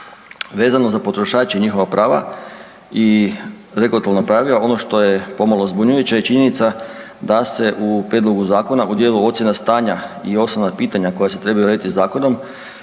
Vezano za potrošače i njihova prava i regulatorna pravila, ono što je pomalo zbunjujuće je činjenica da se u prijedlogu zakona u dijelu ocjena stanja i osobna pitanja koja se trebaju urediti zakonom,